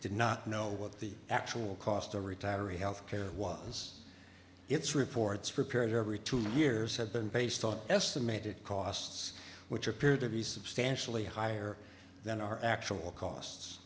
did not know what the actual cost the retiree health care was its reports for period every two years had been based on estimated costs which appeared to be substantially higher than our actual costs